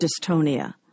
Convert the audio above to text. dystonia